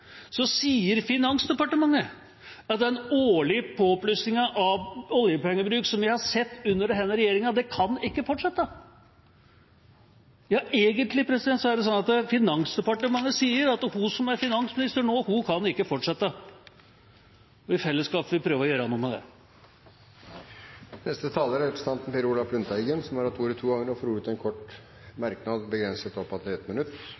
så uansvarlig å sette Fremskrittspartiet i Finansdepartementet. Denne gangen sier Finansdepartementet i innstillinga til budsjettet at den årlige påplussingen når det gjelder oljepengebruk som vi har sett under denne regjeringa, ikke kan fortsette. Ja, egentlig er det sånn at Finansdepartementet sier at hun som er finansminister nå, ikke kan fortsette. I fellesskap får vi prøve å gjøre noe med det. Representanten Per Olaf Lundteigen har hatt ordet to ganger tidligere og får ordet til en kort merknad, begrenset til 1 minutt.